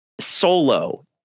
solo